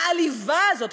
המעליבה הזאת,